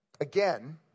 Again